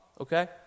okay